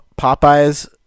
Popeye's